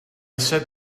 set